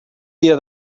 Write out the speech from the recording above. dia